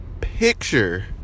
picture